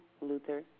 Luther